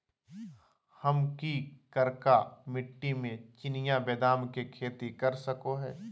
हम की करका मिट्टी में चिनिया बेदाम के खेती कर सको है?